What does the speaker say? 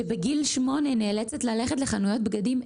שבגיל 8 כשהיא הולכת לחנויות ילדים,